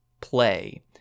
play